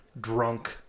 drunk